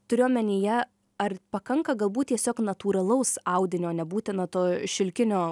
turiu omenyje ar pakanka galbūt tiesiog natūralaus audinio nebūtina to šilkinio